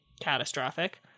catastrophic